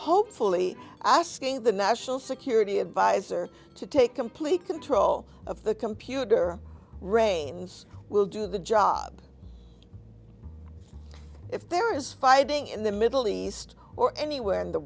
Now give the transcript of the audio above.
hopefully asking the national security advisor to take complete control of the computer reins will do the job if there is fighting in the middle east or anywhere in the